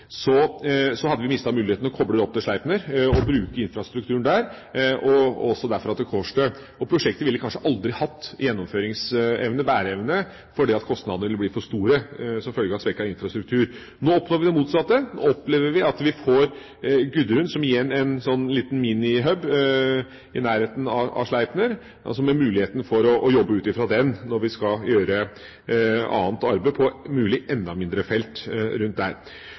hadde vi mistet muligheten til å koble det opp til Sleipner og bruke infrastrukturen der og også derfra til Kårstø. Prosjektet ville kanskje aldri hatt bæreevne, fordi kostnadene ville blitt for store som følge av svekket infrastruktur. Nå oppnår vi det motsatte. Nå opplever vi at vi får Gudrun som en sånn liten minihub i nærheten av Sleipner, med muligheten for å jobbe ut fra den når vi skal gjøre annet arbeid på om mulig enda mindre felt rundt der.